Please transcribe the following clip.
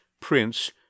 Prince